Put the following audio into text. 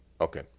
Okay